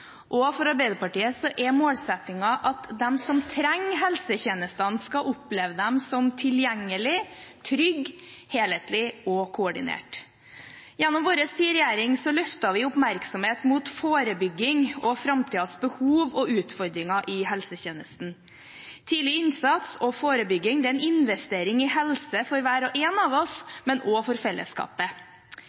vår tid i regjering løftet vi oppmerksomhet mot forebygging og framtidens behov og utfordringer i helsetjenesten. Tidlig innsats og forebygging er en investering i helse for hver og en av oss, men også for fellesskapet.